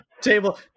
Table